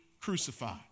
crucified